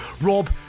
Rob